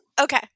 Okay